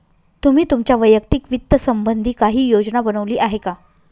तुम्ही तुमच्या वैयक्तिक वित्त संबंधी काही योजना बनवली आहे का?